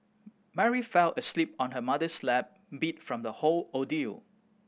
Mary fell asleep on her mother's lap beat from the whole ordeal